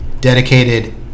dedicated